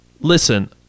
listen